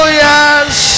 yes